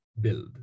build